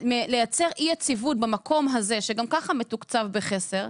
לייצר אי יציבות במקום הזה שגם ככה מתוקצב בחסר.